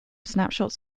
snapshots